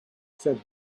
said